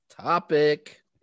topic